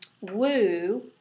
Woo